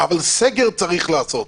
אבל סגר צריך לעשות.